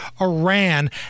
Iran